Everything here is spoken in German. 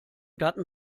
gatten